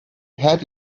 had